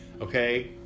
Okay